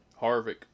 Harvick